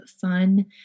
fun